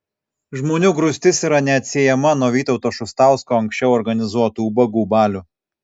žmonių grūstis yra neatsiejama nuo vytauto šustausko anksčiau organizuotų ubagų balių